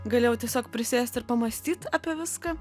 galėjau tiesiog prisėsti ir pamąstyt apie viską